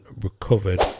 recovered